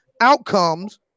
outcomes